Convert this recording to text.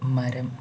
മരം